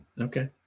Okay